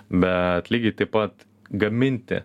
bet lygiai taip pat gaminti